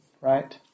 Right